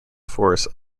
force